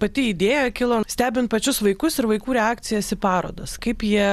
pati idėja kilo stebint pačius vaikus ir vaikų reakcijas į parodas kaip jie